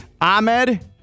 Ahmed